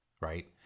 right